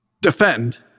defend